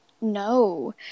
No